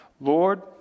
Lord